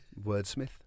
wordsmith